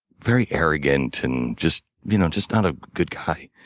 very arrogant and just you know just not a good guy.